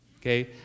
okay